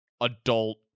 adult